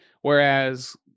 Whereas